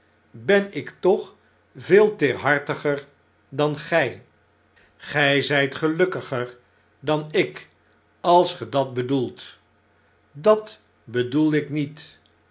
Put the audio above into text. ben ik toch veelteerhartiger dan gjj gjj zjjt gelukkiger dan ik als ge dat bedoelt dat bedoel ik niet